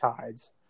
tides